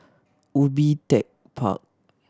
Ubi Tech Park